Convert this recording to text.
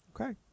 Okay